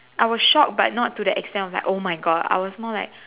I was shocked but not the extent like oh my God I was more like